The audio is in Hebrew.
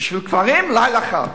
בשביל קברים, לילה אחד.